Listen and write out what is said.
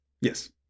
Yes